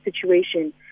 situation